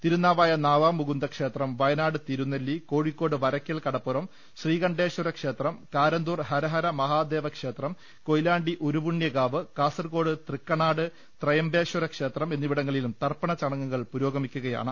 തിരുനാ വായ നാവാമുകുന്ദ ക്ഷേത്രം വയനാട് തിരുനെല്ലി കോഴിക്കോട് വരക്കൽ കടപ്പുറം ശ്രീകണ്ഠേശ്വരക്ഷേത്രം കാരന്തൂർ ഹരഹര മഹാദേവക്ഷേത്രം കൊയിലാണ്ടി ഉരുപുണ്യകാവ് കാസർകോട് തൃക്കണ്ണാട് ത്രയംബേശ്വര ക്ഷേത്രം എന്നിവിടങ്ങിലും തർപ്പണ ചടങ്ങുകൾ പുരോഗമിക്കുകയാണ്